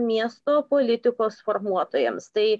miesto politikos formuotojams tai